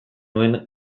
nuen